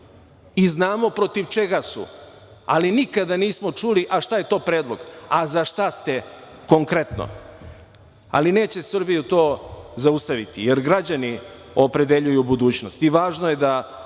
Znamo protiv čega su, ali nikada nismo čuli šta je to predlog, a za šta ste konkretno. Ali, neće Srbiju to zaustaviti, jer građani opredeljuju budućnost. Važno je da